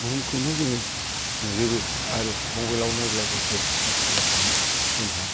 बुहुमखौनो जोङो नुजोबो आरो मबाइलाव नायब्लाबो जोङो सोर्स खालामबानो जोंहा